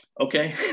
okay